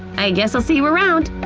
i guess i'll see you around!